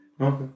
Okay